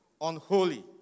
unholy